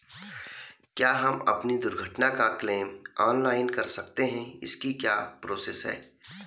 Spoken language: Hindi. क्या हम अपनी दुर्घटना का क्लेम ऑनलाइन कर सकते हैं इसकी क्या प्रोसेस है?